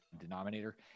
denominator